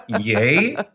Yay